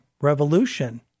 revolution